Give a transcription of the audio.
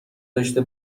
داشته